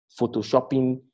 photoshopping